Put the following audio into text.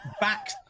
back